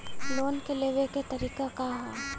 Loan के लेवे क तरीका का ह?